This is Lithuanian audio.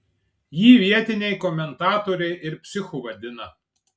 jį vietiniai komentatoriai ir psichu vadina